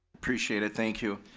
appreciate it, thank you.